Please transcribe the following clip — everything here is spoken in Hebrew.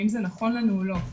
האם זה נכון לנו או לא.